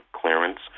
clearance